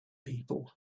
people